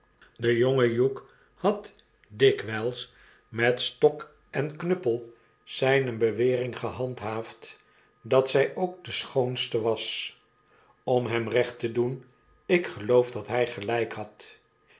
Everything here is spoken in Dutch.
dejongehugh had dikwjjls met stok en knuppel zflne bewering gehandhaafd dat zt ook de schoonste was om hem recht te doen ik geloof dat hy gelijk had